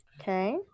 Okay